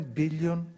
billion